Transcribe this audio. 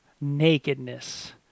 nakedness